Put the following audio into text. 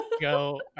go